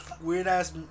weird-ass